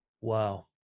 Wow